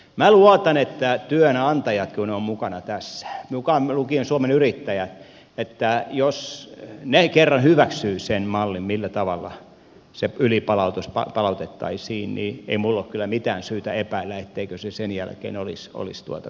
minä luotan että jos kerran työnantajat kun ovat mukana tässä mukaan lukien suomen yrittäjät hyväksyvät sen mallin millä tavalla se ylipalautus palautettaisiin niin ei minulla ole kyllä mitään syytä epäillä etteikö se sen jälkeen olisi kohdallaan